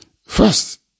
First